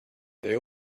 they